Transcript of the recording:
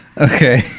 Okay